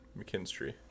McKinstry